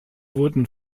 wurden